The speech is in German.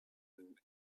den